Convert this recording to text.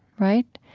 right?